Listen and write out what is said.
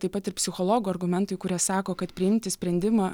taip pat ir psichologų argumentai kurie sako kad priimti sprendimą